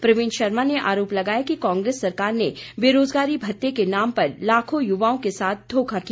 प्रवीण शर्मा ने आरोप लगाया कि कांग्रेस सरकार ने बेरोजगारी भत्ते के नाम पर लाखों युवाओं के साथ घोखा किया